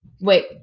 Wait